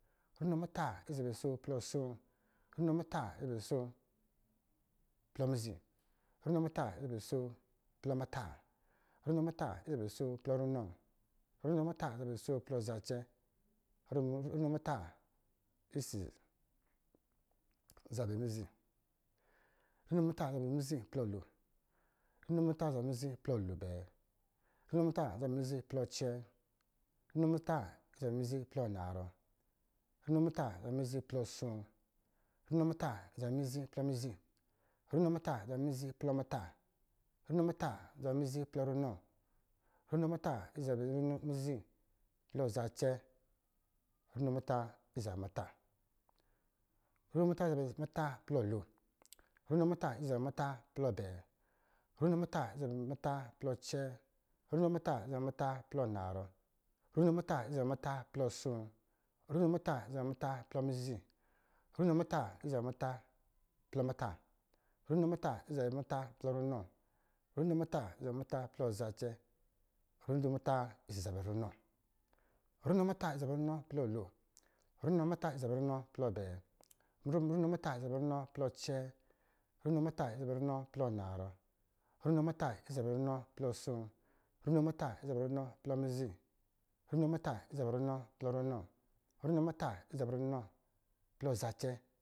Runo muta ɔsɔ̄ zabɛ asoo plɔ asoo, runo muta ɔsɔ̄ zabɛ asoo plɔ mizi, runo muta ɔsɔ̄ zabɛ asoo plɔ muta, runo muta ɔsɔ̄ zabɛ asoo plɔ runɔ, runo muta ɔsɔ̄ zabɛ asoo plɔ zacɛ, runo muta ɔsɔ̄ zabɛ mizi, runo muta ɔsɔ̄ zabɛ mizi plɔ lon, runo muta ɔsɔ̄ zabɛ mizi plɔ abɛɛ, runo muta ɔsɔ̄ zabɛ mizi plɔ acɛɛ, runo muta ɔsɔ̄ zabɛ mizi plɔ anarɔ, runo muta ɔsɔ̄ zabɛ mizi plɔ asoo, runo muta ɔsɔ̄ zabɛ mizi plɔ mizi, runo muta ɔsɔ̄ zabɛ mizi plɔ runɔ, runo muta ɔsɔ̄ zabɛ mizi plɔ zacɛ, runo muta ɔsɔ̄ zabɛ muta, runo muta ɔsɔ̄ zabɛ muta plɔ lon, runo muta ɔsɔ̄ zabɛ muta plɔ abɛɛ, runo muta ɔsɔ̄ zabɛ muta plɔ acɛɛ, runo muta ɔsɔ̄ zabɛ muta plɔ anarɔ, runo muta ɔsɔ̄ zabɛ muta plɔ asoo, runo muta ɔsɔ̄ zabɛ muta plɔ mizi, runo muta ɔsɔ̄ zabɛ muta plɔ muta, runo muta ɔsɔ̄ zabɛ muta plɔ ranɔ, runo muta ɔsɔ̄ zabɛ muta plɔ zacɛ, runo muta ɔsɔ̄ zabɛ runɔ, runo muta ɔsɔ̄ zabɛ runɔ plɔ lon, runo muta ɔsɔ̄ zabɛ runɔ plɔ abɛɛ, runo muta ɔsɔ̄ zabɛ runɔ plɔ acɛɛ, runo muta ɔsɔ̄ zabɛ runɔ plɔ aspp, runo muta ɔsɔ̄ zabɛ runɔ plɔ mizi, runo muta ɔsɔ̄ zabɛ runɔ plɔ muta, runo muta ɔsɔ̄ zabɛ runɔ plɔ runɔ, runo muta ɔsɔ̄ zabɛ runɔ plɔ zacɛ